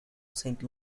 saint